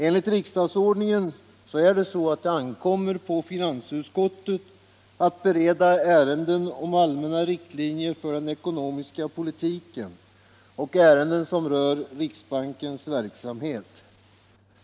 Enligt riksdagsordningen ankommer det på finansutskottet att bereda ärenden om allmänna riktlinjer för den ekonomiska politiken och ärenden som rör riksbankens verksamhet.